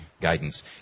Guidance